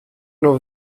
nur